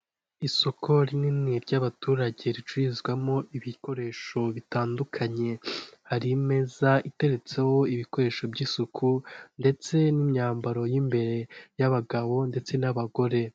Isoko rinini ry'abaturage ricururizwamo ibikoresho bitandukanye hari imeza iteretseho ibikoresho by'isuku ndetse n'imyambaro y'imbere y'abagabo ndetse n'abagore.